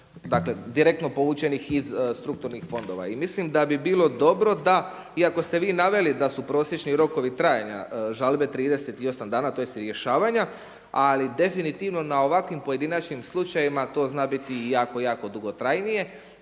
dakle direktno povučenih iz strukturnih fondova. I mislim da bi bilo dobro da iako ste vi naveli da su prosječni rokovi trajanja žalbe 38 dana tj. rješavanja, ali definitivno na ovakvim pojedinačnim slučajevima to zna biti i jako, jako dugotrajnije